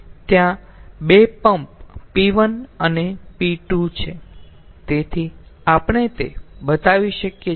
ત્યાં 2 pump p1 અને p2 છે તેથી આપણે તે બતાવી શકીએ છીએ